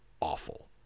awful